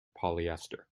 polyester